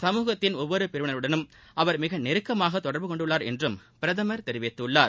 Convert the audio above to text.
சமூகத்தின் ஒவ்வொரு பிரிவினருடனும் அவர் மிக நெருக்கமாக தொடர்பு கொண்டுள்ளார் என்றும் பிரதமர் தெரிவித்துள்ளார்